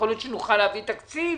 יכול להיות שנוכל להביא תקציב